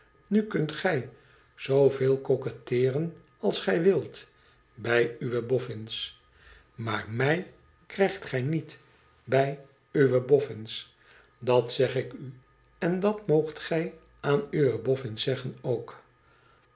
nu kunt gij zooveel coquetteeren als gij wilt bij uwe boffins maar mij krijgt gij niet bij uwe boffins dat zeg ik u en dat moogt gij aan uwe boffins zeggen ook